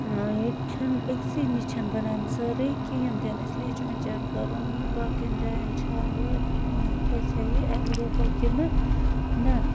ییٚتہِ چھِنہٕ أکۍسٕے نِش چھَنہٕ بَنان سٲرٕے کِہیٖنۍ تہِ نہٕ اِسلیے چھُ مےٚ چَک کَرُن باقِیَن جایَن چھا وٲتۍ گَژھیٛا یہِ اٮ۪ولیبٕل کِنہٕ نہٕ